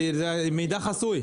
זה מידע חסוי.